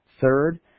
Third